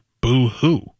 boo-hoo